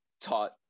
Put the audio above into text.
taught